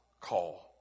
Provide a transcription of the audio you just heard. call